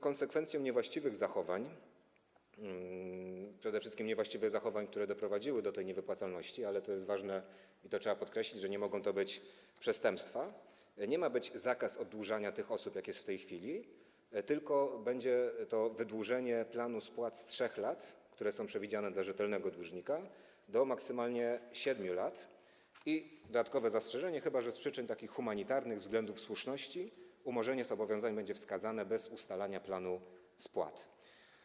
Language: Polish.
Konsekwencją niewłaściwych zachowań, przede wszystkim niewłaściwych zachowań, które doprowadziły do tej niewypłacalności, ale, to jest ważne i to trzeba podkreślić, nie mogą to być przestępstwa, nie ma być zakaz oddłużania tych osób, jak jest w tej chwili, tylko będzie to wydłużenie planu spłat z 3 lat, które są przewidziane dla rzetelnego dłużnika, do maksymalnie 7 lat, dodatkowe zastrzeżenie: chyba że z przyczyn humanitarnych, względów słuszności, umorzenie zobowiązań będzie wskazane bez ustalania planu spłat.